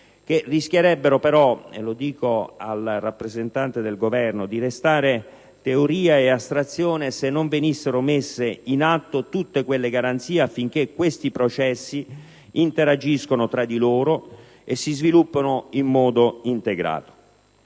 che rischierebbero però - lo dico al rappresentante del Governo - di restare teoria e astrazione se non venissero messe in atto tutte le garanzie affinché questi processi interagiscano tra di loro e si sviluppino in modo integrato.